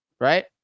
right